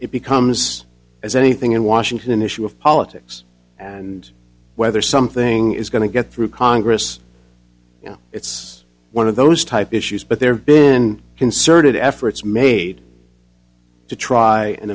it becomes as anything in washington an issue of politics and whether something is going to get through congress you know it's one of those type issues but there have been concerted efforts made to try and